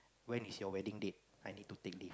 when is your wedding day I need to take leave